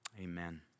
Amen